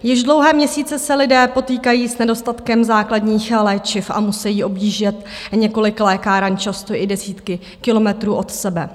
Již dlouhé měsíce se lidé potýkají s nedostatkem základních léčiv a musejí objíždět několik lékáren často i desítky kilometrů od sebe.